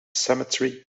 cemetery